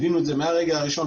הבינו את זה מהרגע הראשון,